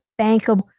bankable